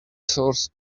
source